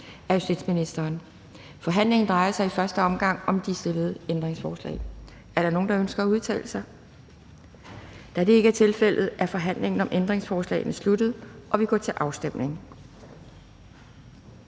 (Pia Kjærsgaard): Forhandlingen drejer sig i første omgang om de stillede ændringsforslag. Er der nogen, der ønsker at udtale sig? Da det ikke er tilfældet, er forhandlingen om ændringsforslagene sluttet, og vi går til afstemning.